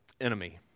enemy